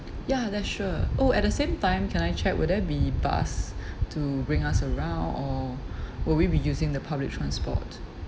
ya that sure oh at the same time can I check will there be bus to bring us around or will we be using the public transport